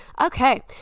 Okay